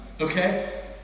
okay